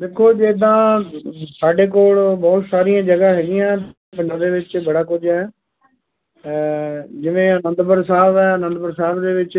ਵੇਖੋ ਜਿੱਦਾਂ ਸਾਡੇ ਕੋਲ ਬਹੁਤ ਸਾਰੀਆਂ ਜਗ੍ਹਾ ਹੈਗੀਆਂ ਪਿੰਡਾਂ ਦੇ ਵਿੱਚ ਬੜਾ ਕੁਝ ਹੈ ਜਿਵੇਂ ਅਨੰਦਪੁਰ ਸਾਹਿਬ ਹੈ ਅਨੰਦਪੁਰ ਸਾਹਿਬ ਦੇ ਵਿੱਚ